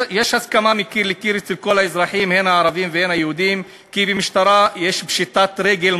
במשטרה, והמשטרה לא סיפקה לו את הביטחון הראוי.